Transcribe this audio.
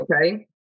Okay